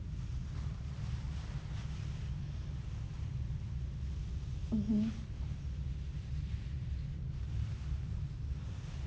mmhmm